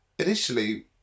Initially